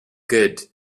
good